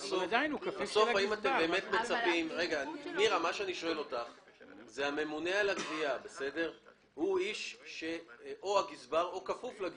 בסוף הממונה על הגבייה הוא או הגזבר או איש שכפוף לגזבר.